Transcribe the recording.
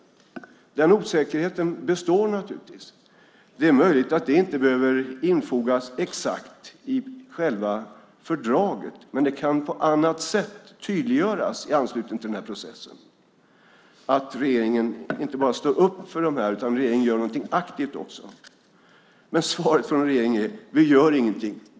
Den osäkerheten består naturligtvis. Det är möjligt att detta inte behöver infogas exakt i själva fördraget, men det kan på annat sätt tydliggöras i anslutning till processen att regeringen inte bara står upp för det här utan också gör någonting aktivt. Men svaret från regeringen är: Vi gör ingenting.